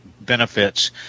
benefits